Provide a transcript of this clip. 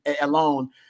alone